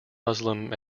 muslim